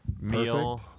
Meal